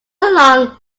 along